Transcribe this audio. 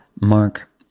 Mark